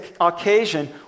occasion